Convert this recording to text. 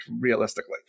realistically